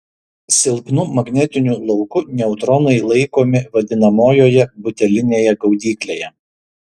silpnu magnetiniu lauku neutronai laikomi vadinamojoje butelinėje gaudyklėje